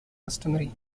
customary